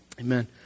Amen